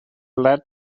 let